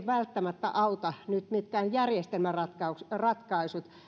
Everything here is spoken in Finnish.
välttämättä auta mitkään järjestelmäratkaisut